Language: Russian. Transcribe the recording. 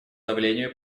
давлению